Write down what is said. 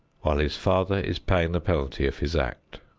while his father is paying the penalty of his act.